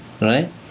Right